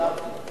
אוקיי.